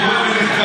גברתי,